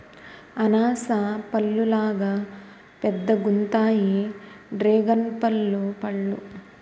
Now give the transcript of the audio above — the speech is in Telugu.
అనాస పల్లులాగా పెద్దగుంతాయి డ్రేగన్పల్లు పళ్ళు